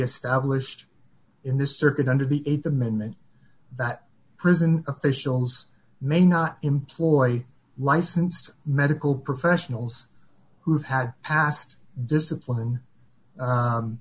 established in this circuit under the th amendment that prison officials may not employ licensed medical professionals who have had past discipline